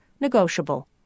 Negotiable